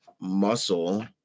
muscle